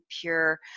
pure